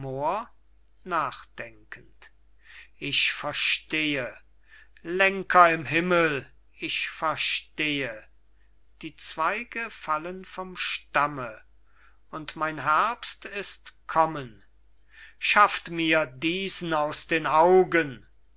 ich verstehe lenker im himmel ich verstehe die blätter fallen von den bäumen und mein herbst ist kommen schafft mir diesen aus den augen